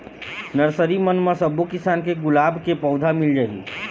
nursery मन म सब्बो किसम के गुलाब के पउधा मिल जाही